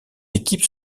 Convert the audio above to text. équipes